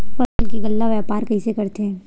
फसल के गल्ला व्यापार कइसे करथे?